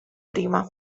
prima